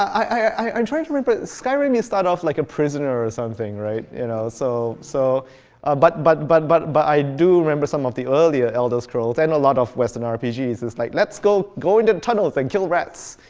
um trying to remember. skyrim, you start off like a prisoner or something, right? you know so so ah but but but but but i do remember some of the earlier elder scrolls and a lot of western rpgs. it's like, let's go go into the tunnels and kill rats,